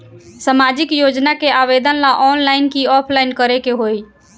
सामाजिक योजना के आवेदन ला ऑनलाइन कि ऑफलाइन करे के होई?